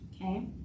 okay